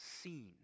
seen